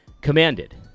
commanded